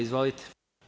Izvolite.